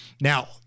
Now